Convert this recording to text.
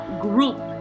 group